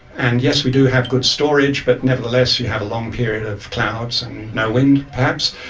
and yes we do have good storage but nevertheless you have a long period of clouds and no wind perhaps,